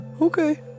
Okay